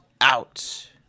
Out